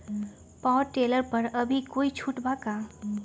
Power tiller पर अभी कोई छुट बा का?